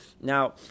Now